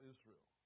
Israel